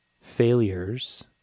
failures